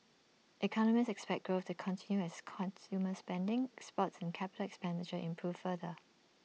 economists expect growth to continue as consumer spending exports and capital expenditure improve further